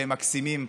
והם מקסימים.